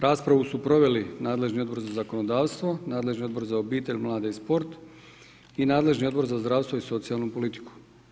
Raspravu su proveli nadležni Odbor za zakonodavstvo, nadležni Odbor za obitelj, mlade i sport i nadležni Odbor za zdravstvo i socijalnu politiku.